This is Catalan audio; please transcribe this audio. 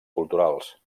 culturals